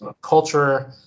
culture